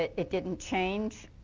it didn't change